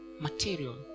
material